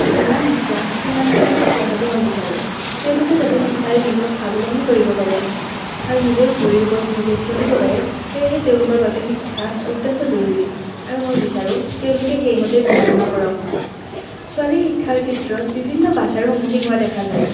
যিমান ইচ্ছা সিমানলৈকে পঢ়াটো মই বিচাৰোঁ তেওঁলোকে যাতে শিক্ষাৰে নিজক স্বাৱলম্বী কৰিব পাৰে আৰু নিজৰ ভৰিৰ ওপৰত নিজেৰ থিয় দিব পাৰে সেয়েহে তেওঁলোকৰ বাবে শিক্ষা অত্যন্ত জৰুৰী আৰু মই বিচাৰোঁ তেওঁলোকে সেইমতেই পঢ়া শুনা কৰক ছোৱালীৰ শিক্ষাৰ ক্ষেত্ৰত বিভিন্ন বাধাৰ সন্মুখীন হোৱা দেখা যায়